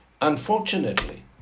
unfortunately